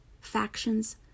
factions